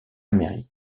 mairie